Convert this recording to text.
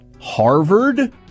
Harvard